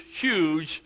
huge